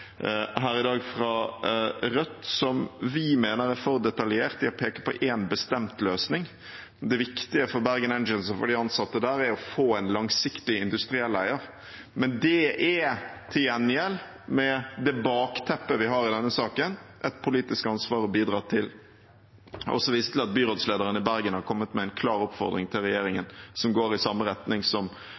her i dag fra Rødt, som vi mener er for detaljert i å peke på én bestemt løsning. Det viktige for Bergen Engines og de ansatte der er å få en langsiktig, industriell eier, men det er det til gjengjeld – med det bakteppet vi har i denne saken – et politisk ansvar å bidra til. Jeg vil også vise til at byrådslederen i Bergen har kommet med en klar oppfordring til regjeringen som går i samme